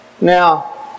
Now